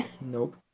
Nope